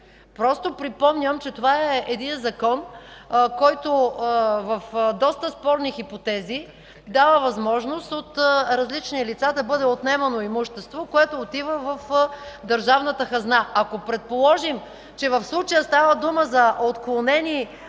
Припомням, че това е Закон, който в доста спорни хипотези дава възможност от различни лица да бъде отнемано имущество, което отива в държавната хазна. Ако предположим, че в случая става дума за отклонени